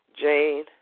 Jane